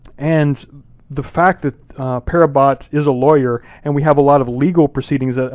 and the fact that per abbat is a lawyer, and we have a lot of legal proceedings, ah